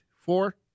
Four